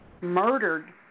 murdered